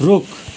रुख